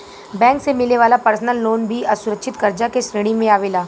bank से मिले वाला पर्सनल लोन भी असुरक्षित कर्जा के श्रेणी में आवेला